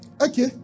Okay